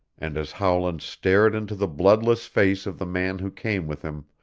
and as howland stared into the bloodless face of the man who came with him,